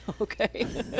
Okay